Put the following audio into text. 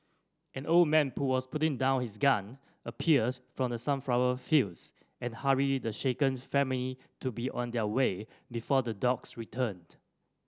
an old man who was putting down his gun appeared from the sunflower fields and hurried the shaken family to be on their way before the dogs return